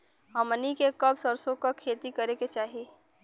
हमनी के कब सरसो क खेती करे के चाही?